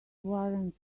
warrant